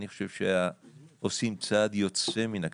אני חושב שעושים צעד יוצא מן הכלל.